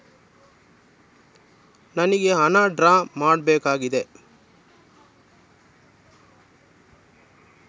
ನನಿಗೆ ಹಣ ಡ್ರಾ ಮಾಡ್ಬೇಕಾಗಿದೆ